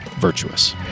virtuous